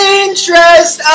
interest